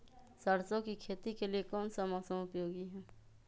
सरसो की खेती के लिए कौन सा मौसम उपयोगी है?